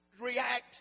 react